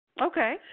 Okay